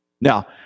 Now